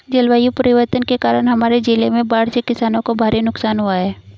जलवायु परिवर्तन के कारण हमारे जिले में बाढ़ से किसानों को भारी नुकसान हुआ है